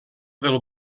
del